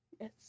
Yes